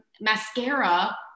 mascara